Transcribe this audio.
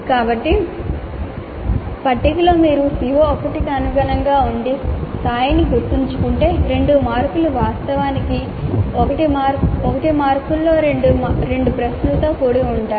కాబట్టి పట్టికలో మీరు CO1 కు అనుగుణంగా ఉండి స్థాయిని గుర్తుంచుకుంటే 2 మార్కులు వాస్తవానికి 1 మార్కులో రెండు ప్రశ్నలతో కూడి ఉంటాయి